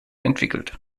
entwickelt